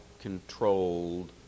controlled